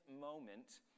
moment